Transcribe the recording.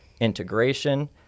integration